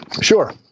Sure